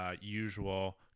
usual